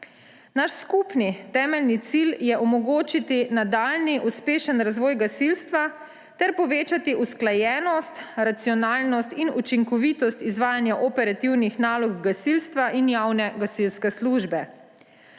Naš skupni temeljni cilj je omogočiti nadaljnji uspešen razvoj gasilstva ter povečati usklajenost, racionalnost in učinkovitost izvajanja operativnih nalog gasilstva in javne gasilske službe.